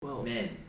Men